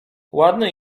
ładny